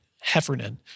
Heffernan